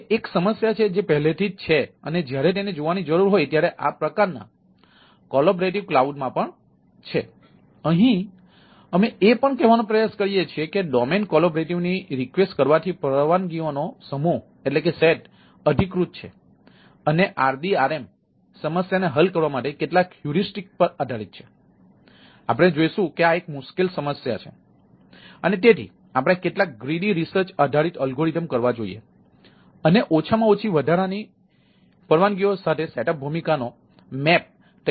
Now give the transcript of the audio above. તેથી અહીં અમે એ પણ કહેવાનો પ્રયાસ કરીએ છીએ કે ડોમેઇન કોલેબોરેટીવ કરવા જોઈએ અને ઓછામાં ઓછી વધારાની પરવાનગીઓ સાથે સેટ અપ ભૂમિકાનો નકશો તૈયાર કરવાનો પ્રયાસ કરવો જોઈએ